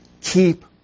Keep